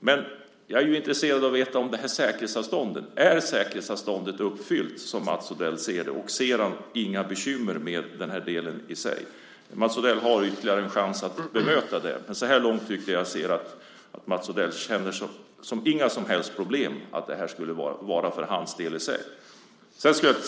Men jag är intresserad av att få veta om detta med säkerhetsavstånd är uppfyllt, som Mats Odell ser saken. Ser han inga bekymmer i den här delen? Mats Odell har ytterligare en chans att bemöta det, men så här långt tycker jag mig se att Mats Odell inte ser några som helst problem för sin del.